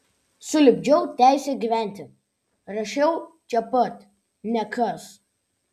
sulipdžiau teisę gyventi rašiau čia pat nekas